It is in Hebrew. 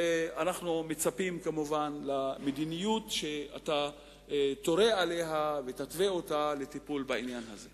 ואנחנו מצפים למדיניות שאתה תורה עליה ותתווה אותה לטיפול בעניין הזה.